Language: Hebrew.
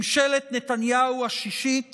ממשלת נתניהו השישית